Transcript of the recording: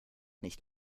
nicht